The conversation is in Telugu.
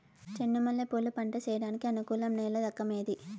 చెండు మల్లె పూలు పంట సేయడానికి అనుకూలం నేల రకం ఏది